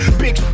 big